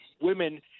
women